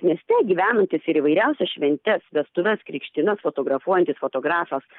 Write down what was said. mieste gyvenantis ir įvairiausias šventes vestuves krikštynas fotografuojantis fotografas